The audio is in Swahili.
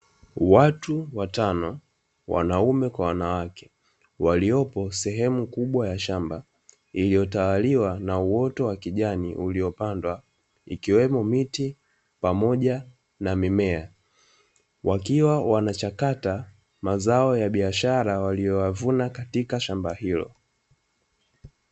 Watu wa tano wanaume kwa wanawake waliopo sehemu kubwa ya shamba, iliyotawaliwa na uoto wa kijani uliopandwa ikiwemo miti pamoja na mimea wakiwa wanachakata mazao ya biashara waliyo yavuna katika shamba hilo.